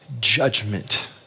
judgment